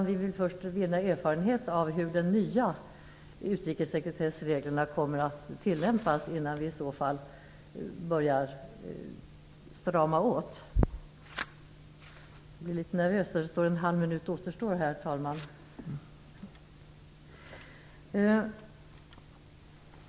Vi vill först vinna erfarenhet av hur de nya utrikessekretessreglerna kommer att tillämpas innan vi i så fall börjar strama åt.